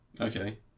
Okay